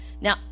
Now